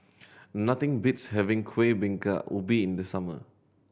nothing beats having Kuih Bingka Ubi in the summer